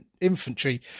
infantry